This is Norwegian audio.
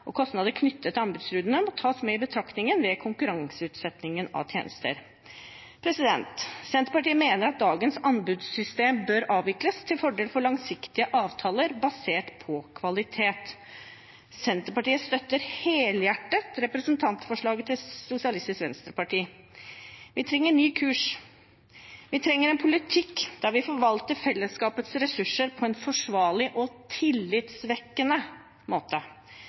omfattende. Kostnader knyttet til anbudsrunder må tas i betraktning ved konkurranseutsetting av tjenester. Senterpartiet mener at dagens anbudssystem bør avvikles til fordel for langsiktige avtaler basert på kvalitet. Senterpartiet støtter helhjertet representantforslaget til Sosialistisk Venstreparti. Vi trenger ny kurs. Vi trenger en politikk der vi forvalter fellesskapets ressurser på en forsvarlig og tillitsvekkende måte.